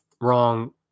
wrong